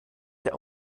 der